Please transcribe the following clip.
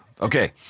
Okay